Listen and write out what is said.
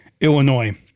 Illinois